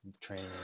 training